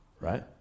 right